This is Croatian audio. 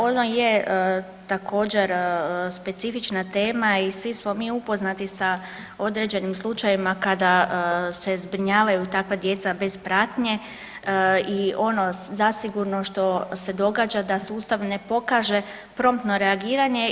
Ovo je također specifična tema i svi smo mi upoznati sa određenim slučajevima kada se zbrinjavaju takva djeca bez pratnje i ono zasigurno što se događa da sustav ne pokaže promptno reagiranje.